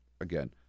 again